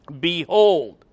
Behold